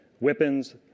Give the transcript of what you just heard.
weapons